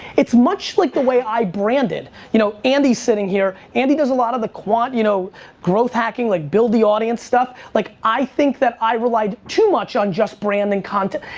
it's much like the way i branded you know andy sitting here. andy does a lot of quant, you know growth hacking like build the audience stuff, like i think that, i relied too much on just branding content.